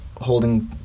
holding